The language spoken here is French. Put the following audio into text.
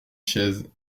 chaises